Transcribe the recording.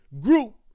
Group